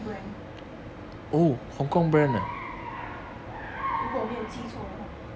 brand 如果我没有记错的话